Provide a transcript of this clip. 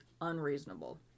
unreasonable